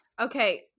Okay